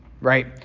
right